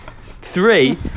three